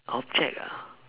object ah